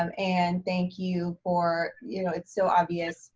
um and thank you for, you know, it's so obvious